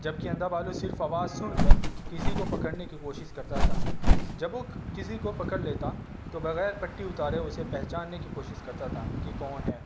جبکہ اندھا بھالو صرف آواز سن کر کسی کو پکڑنے کی کوشش کرتا تھا جب وہ کسی کو پکڑ لیتا تو بغیر پٹی اتارے اسے پہچاننے کی کوشش کرتا تھا کہ کون ہے